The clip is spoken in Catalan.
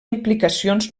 implicacions